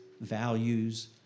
values